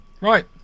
right